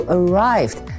arrived